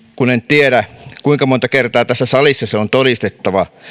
kun en tiedä kuinka monta kertaa tässä salissa se on todistettava